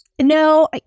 No